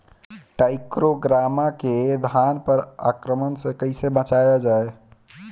टाइक्रोग्रामा के धान पर आक्रमण से कैसे बचाया जाए?